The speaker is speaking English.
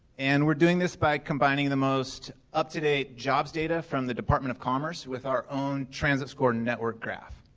and we're doing this by combining the most up to date jobs data from the department of commerce with our own transit score network graph.